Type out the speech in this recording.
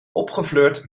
opgefleurd